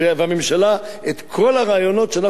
את כל הרעיונות שאנחנו אמרנו בתחילת הדרך,